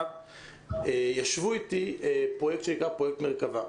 ישבו איתי מפרויקט מרכבה.